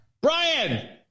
Brian